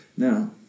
Now